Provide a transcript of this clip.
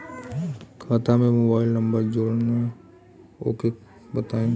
खाता में mobile number जोड़ना ओके बताई?